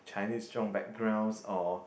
Chinese strong backgrounds or